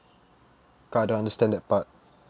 cause I don't understand that part